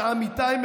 עמיתיי,